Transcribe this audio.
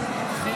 השרים,